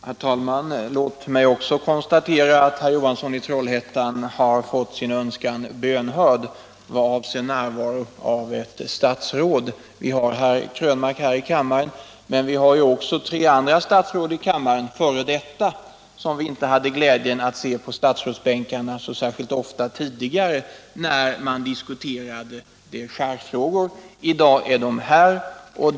Herr talman! Låt mig konstatera att herr Johansson i Trollhättan har fått sin önskan bönhörd i vad avser närvaron av ett statsråd; vi har herr Krönmark med här i kammaren. Men vi har ju också tre andra -— f. d. — statsråd inne i kammaren, vilka vi inte hade glädjen att se i statsrådsbänkarna när vi tidigare diskuterade dechargefrågor. I dag är de dock här.